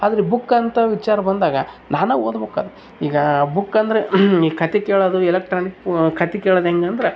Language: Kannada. ಆದ್ರೆ ಬುಕ್ ಅಂತ ವಿಚಾರ ಬಂದಾಗ ನಾನು ಓದ್ಬೇಕ ಈಗ ಬುಕ್ ಅಂದ್ರೆ ಈ ಕತೆ ಕೇಳೋದು ಈ ಎಲೆಕ್ಟ್ರಾನಿಕ್ ಕತೆ ಕೇಳೋದ್ ಹೆಂಗ್ ಅಂದರೆ